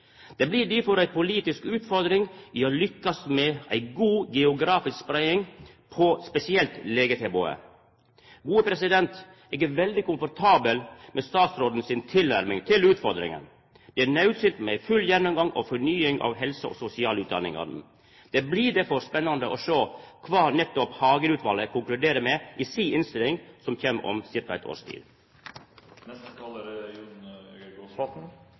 Det blir difor ei politisk utfordring å lykkast med ei god geografisk spreiing av spesielt legetilbodet. Eg er veldig komfortabel med statsråden si tilnærming til utfordringa. Det er naudsynt med ein full gjennomgang og fornying av helse- og sosialutdaningane. Det blir difor spennande å sjå kva nettopp Hagen-utvalet konkluderer med i si innstilling, som kjem om ca. eitt års tid. Det er